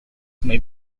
may